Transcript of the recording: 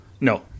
No